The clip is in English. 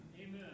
Amen